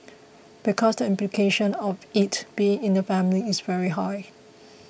because the implication of it being in the family is very high